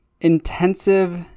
intensive